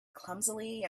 clumsily